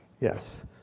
Yes